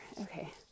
Okay